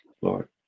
Lord